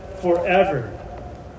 forever